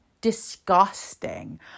Disgusting